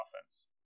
offense